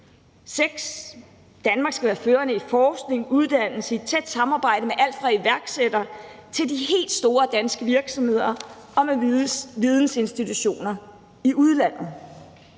At Danmark skal være førende i forskning og uddannelse i tæt samarbejde med alt fra iværksættere til de helt store danske virksomheder og med vidensinstitutioner i udlandet.